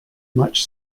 much